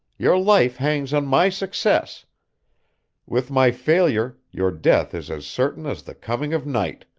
your life hangs on my success with my failure your death is as certain as the coming of night.